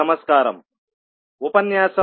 నమస్కారము